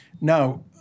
Now